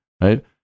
right